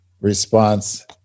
response